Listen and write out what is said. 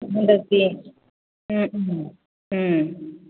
ꯍꯟꯗꯛꯇꯤ ꯎꯝ ꯎꯝ